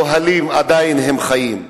עדיין חיים באוהלים.